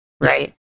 right